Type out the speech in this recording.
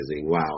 wow